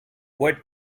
what